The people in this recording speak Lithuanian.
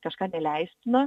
kažką neleistino